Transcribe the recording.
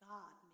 God